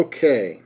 Okay